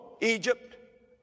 Egypt